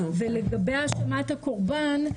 ולגבי האשמת הקורבן,